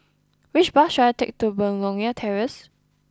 which bus should I take to Begonia Terrace